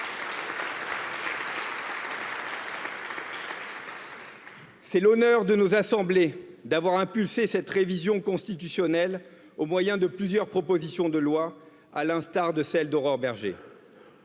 C'est l'honneur de nos assemblées d'avoir impulsé cette révision constitutionnelle au moyen de plusieurs propositions de lois, à l'instar de celle d'aurore Bergé.